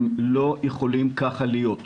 הם לא יכולים ככה להיות,